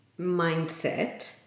mindset